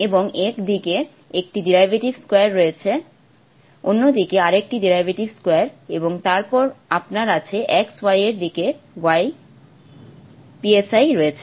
এবং এক দিকে একটি ডেরিভেটিভ স্কোয়ার রয়েছে অন্য দিকে আরেকটি ডেরিভেটিভ স্কোয়ার এবং তারপরে আপনার কাছে x y এর দিকে রয়েছে